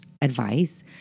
advice